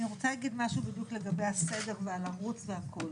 אני רוצה להגיד משהו לגבי הסדר, על לרוץ והכול.